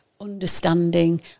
understanding